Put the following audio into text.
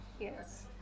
Yes